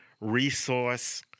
Resource